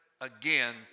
again